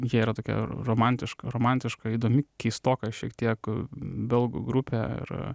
ji yra tokia romantiška romantiška įdomi keistoka šiek tiek belgų grupė ir